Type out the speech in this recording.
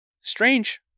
strange